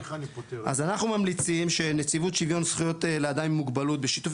אז אנחנו ממליצים שנציבות שוויון זכויות אדם עם מוגבלות בשיתוף